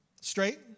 Straight